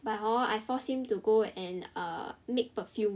but hor I force him to go and uh make perfume